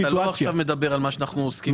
אבל כעת אתה לא מדבר על מה שאנחנו עוסקים בו בסעיף.